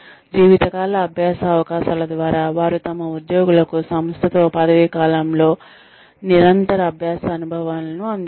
జీవితకాల అభ్యాస అవకాశాల ద్వారా వారు తమ ఉద్యోగులకు సంస్థతో పదవీకాలంలో నిరంతర అభ్యాస అనుభవాలను అందిస్తారు